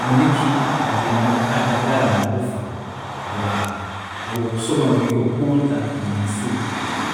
﻿Rundi ki gataine kukadadara amagufwa habwa habwokusoma rundi ki kuhuuta enyamusiri,